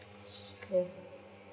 yes